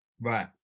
Right